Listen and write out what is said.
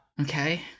Okay